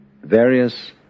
various